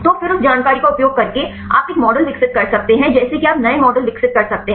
तो फिर उस जानकारी का उपयोग करके आप एक मॉडल विकसित कर सकते हैं जैसे कि आप नए मॉडल विकसित कर सकते हैं